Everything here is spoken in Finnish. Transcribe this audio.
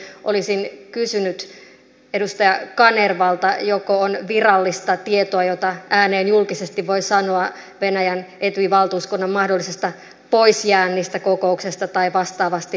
tähän liittyen olisin kysynyt edustaja kanervalta joko on virallista tietoa jota ääneen julkisesti voi sanoa venäjän etyj valtuuskunnan mahdollisesta poisjäännistä kokouksesta tai vastaavasti